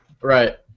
Right